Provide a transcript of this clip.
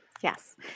Yes